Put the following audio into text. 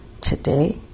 Today